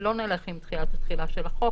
לא נלך עם דחיית התחילה של החוק,